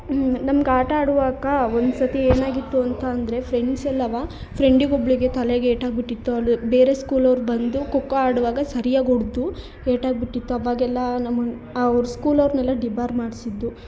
ನಮ್ಗೆ ಆಟ ಆಡುವಾಗ ಒಂದು ಸರ್ತಿ ಏನಾಗಿತ್ತು ಅಂತ ಅಂದರೆ ಫ್ರೆಂಡ್ಸ್ ಎಲ್ಲ ಫ್ರೆಂಡಿಗೊಬ್ಬಳಿಗೆ ತಲೆಗೆ ಏಟಾಗಿಬಿಟ್ಟಿತ್ತು ಅಲ್ಲಿ ಬೇರೆ ಸ್ಕೂಲವ್ರು ಬಂದು ಖೋಖೋ ಆಡುವಾಗ ಸರಿಯಾಗಿ ಹೊಡ್ದು ಏಟಾಗಿಬಿಟ್ಟಿತ್ತು ಅವಾಗೆಲ್ಲ ನಮ್ಮನ್ನು ಅವ್ರ ಸ್ಕೂಲವ್ರನ್ನೆಲ್ಲ ಡಿಬಾರ್ ಮಾಡಿಸಿದ್ದು